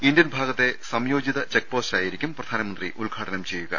Indian ഭാഗത്തെ സംയോജിത ചെക്പോ സ്റ്റായിരിക്കും പ്രധാനമന്ത്രി ഉദ്ഘാടനം ചെയ്യുക